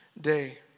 day